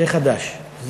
זה חדש,